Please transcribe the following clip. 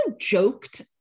joked